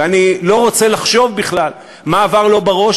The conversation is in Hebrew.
ואני לא רוצה לחשוב בכלל מה עבר לו בראש,